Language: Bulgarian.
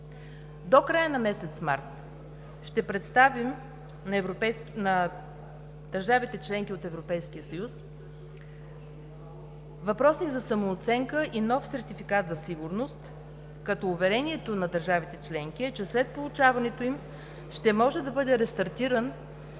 До края на месец март ще представим на държавите – членки на Европейския съюз, въпроси за самооценка и нов сертификат за сигурност, като уверението на държавите членки е, че след получаването им ще може да бъде рестартиран